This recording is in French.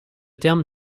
terme